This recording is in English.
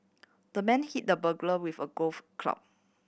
the man hit the burglar with a golf club